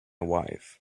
wife